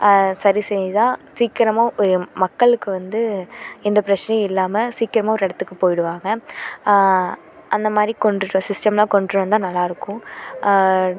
சரி செய்தால் சீக்கிரமாக ஒரு மக்களுக்கு வந்து எந்த பிரச்சனையும் இல்லாமல் சீக்கிரமாக ஒரு இடத்துக்கு போய்டுவாங்க அந்தமாதிரி கொண்டுட்டு சிஸ்டம்லாம் கொண்டுட்டு வந்தால் நல்லா இருக்கும்